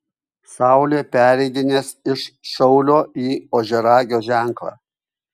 saulė pereidinės iš šaulio į ožiaragio ženklą